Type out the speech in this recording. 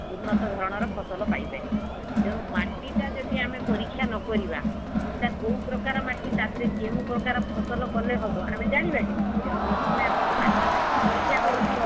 ଉନ୍ନତ ଧରଣର ଫସଲ ପାଇପାରିବା ତେଣୁ ମାଟିଟା ଯଦି ଆମେ ପରୀକ୍ଷା ନ କରିବା ସେଇଟା କେଉଁ ପ୍ରକାର ମାଟି ତା ଦେହରେ କେଉଁ ପ୍ରକାର ଫସଲ କଲେ ହେବ ଆମେ ଜାଣିବା କେମିତି ତେଣୁ ପ୍ରଥମେ ଆପଣ ମାଟି ପରୀକ୍ଷା କରନ୍ତୁ